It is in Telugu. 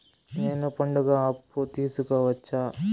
నేను పండుగ అప్పు తీసుకోవచ్చా?